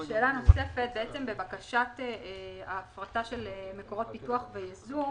שאלה נוספת: בבקשת ההפרטה של מקורות פיתוח וייזום